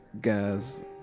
guys –